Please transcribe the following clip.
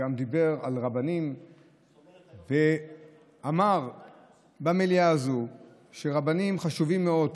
גם דיבר על רבנים ואמר במליאה הזאת שרבנים חשובים מאוד,